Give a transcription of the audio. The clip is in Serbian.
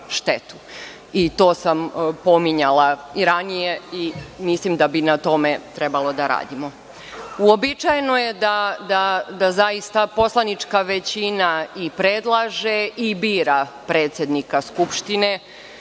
To sam pominjala i ranije i mislim da bi na tome trebalo da radimo. Uobičajeno je da, zaista, poslanička većina i predlaže i bira predsednika Skupštine.